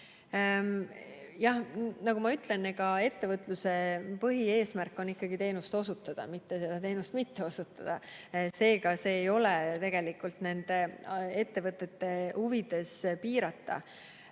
öelnud, on ettevõtluse põhieesmärk ikkagi teenust osutada, mitte seda teenust mitte osutada. Seega ei ole tegelikult nende ettevõtete huvides piirata